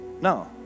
No